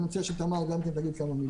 אני רוצה שתמר גם כן תגיד כמה מילים.